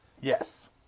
Yes